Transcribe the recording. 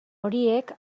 horiek